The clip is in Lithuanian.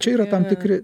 čia yra tam tikri